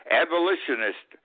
abolitionist